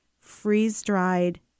freeze-dried